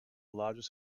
largest